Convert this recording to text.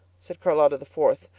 said charlotta the fourth,